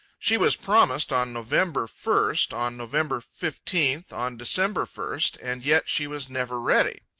she was promised on november first, on november fifteenth, on december first and yet she was never ready.